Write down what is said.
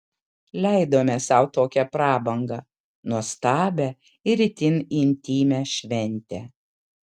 leidome sau tokią prabangą nuostabią ir itin intymią šventę